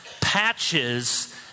patches